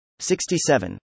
67